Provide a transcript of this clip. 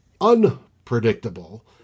unpredictable